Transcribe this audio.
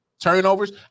Turnovers